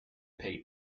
pay